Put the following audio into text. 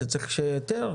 אתה צריך היתר.